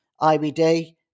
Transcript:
IBD